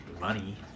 money